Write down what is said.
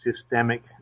systemic